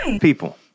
people